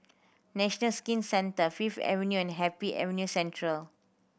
National Skin Centre Fifth Avenue and Happy Avenue Central